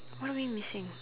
what are we missing